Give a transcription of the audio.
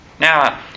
Now